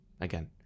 again